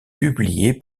publié